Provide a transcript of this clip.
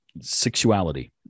sexuality